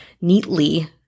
neatly